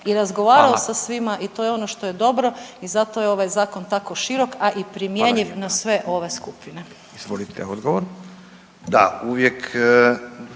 Hvala./… i to je ono što je dobro i zato je ovaj zakon tako širok, a i primjenjiv na sve ove skupine. **Radin, Furio (Nezavisni)**